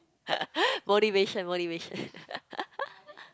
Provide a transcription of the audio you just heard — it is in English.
motivation motivation